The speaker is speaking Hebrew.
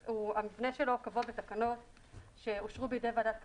המבנה שלו קבוע בתקנות שאושרו בידי ועדת הכלכלה.